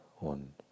on